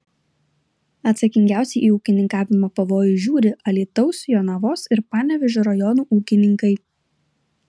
atsakingiausiai į ūkininkavimo pavojus žiūri alytaus jonavos ir panevėžio rajonų ūkininkai